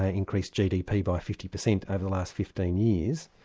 ah increased gdp by fifty percent over the last fifteen years,